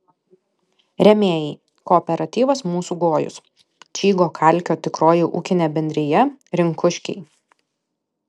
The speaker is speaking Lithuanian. rėmėjai kooperatyvas mūsų gojus čygo kalkio tikroji ūkinė bendrija rinkuškiai